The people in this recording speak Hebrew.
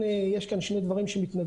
ולכן, יש כאן שני דברים שמתנגשים.